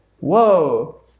Whoa